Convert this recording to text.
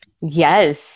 Yes